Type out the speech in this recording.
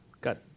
Got